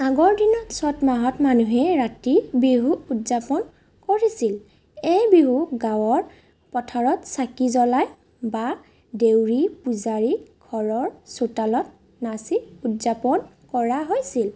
আগৰ দিনত চ'ত মাহত মানুহে ৰাতি বিহু উদযাপন কৰিছিল এই বিহুক গাঁৱৰ পথাৰত চাকি জ্বলাই বা দেউৰী পূজাৰী ঘৰৰ চোতালত নাচি উদযাপন কৰা হৈছিল